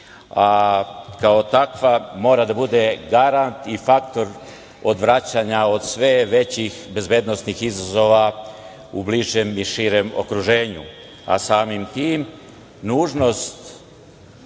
a kao takva mora da bude garant i faktor odvraćanja od sve većih bezbednosnih izazova u bližem i širem okruženju, a samim tim